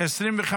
2024, נתקבל.